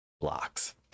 blocks